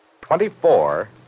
twenty-four